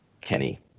Kenny